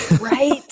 Right